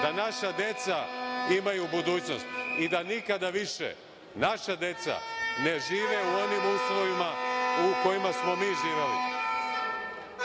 da naša deca imaju budućnost i da nikada više naša deca ne žive u onim uslovima u kojima smo mi živeli. Moram